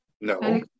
No